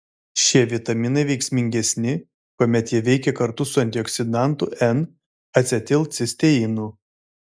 šie vitaminai veiksmingesni kuomet jie veikia kartu su antioksidantu n acetilcisteinu